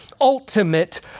ultimate